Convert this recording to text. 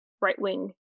right-wing